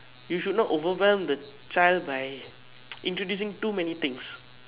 you should not overwhelm the child by introducing too many things